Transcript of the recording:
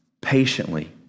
patiently